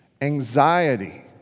anxiety